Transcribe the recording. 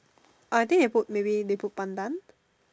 I think they put maybe they put Pandan